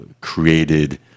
created